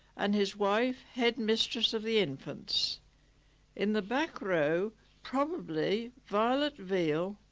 and his wife, headmistress of the infants in the back row probably violet veal,